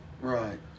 Right